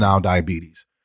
diabetes